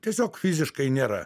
tiesiog fiziškai nėra